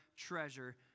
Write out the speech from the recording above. Treasure